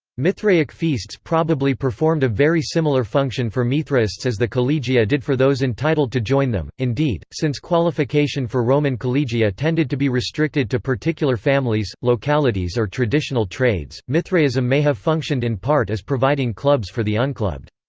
mithraic feasts probably performed a very similar function for mithraists as the collegia did for those entitled to join them indeed, since qualification for roman collegia tended to be restricted to particular families, localities or traditional trades, mithraism may have functioned in part as providing clubs for the unclubbed.